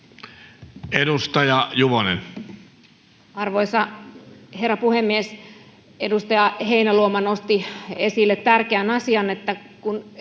13:15 Content: Arvoisa herra puhemies! Edustaja Heinäluoma nosti esille tärkeän asian, sen,